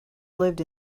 lived